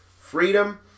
freedom